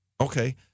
okay